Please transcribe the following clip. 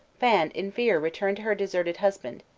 fand in fear returned to her deserted husband,